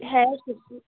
হ্যাঁ সে তো